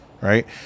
Right